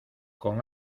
con